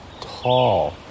tall